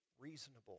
reasonable